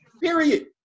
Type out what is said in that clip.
Period